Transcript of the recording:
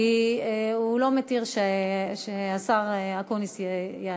כי הוא לא מתיר שהשר אקוניס יענה.